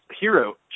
hero